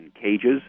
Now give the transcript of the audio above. cages